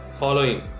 Following